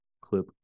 clip